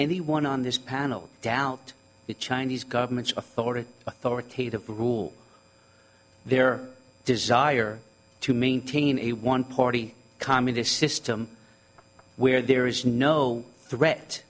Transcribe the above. anyone on this panel doubt the chinese government's authority authoritative rule their desire to maintain a one party communist system where there is no threat